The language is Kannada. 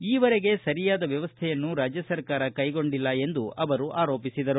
ಈವರೆಗೆ ಸರಿಯಾದ ವ್ಯವಸ್ಥೆಯನ್ನು ರಾಜ್ಯ ಸರ್ಕಾರ ಕೈಗೊಂಡಿಲ್ಲ ಎಂದು ಅವರು ಆರೋಪಿಸಿದರು